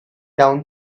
down